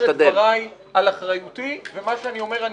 אני אומר את דבריי על אחריותי ומה שאני אומר אני